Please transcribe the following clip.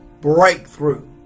breakthrough